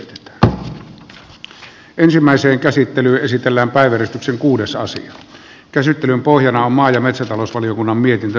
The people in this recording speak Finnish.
tähän ensimmäiseen käsittelyyn esitellään päävärit yksi käsittelyn pohjana on maa ja metsätalousvaliokunnan mietintö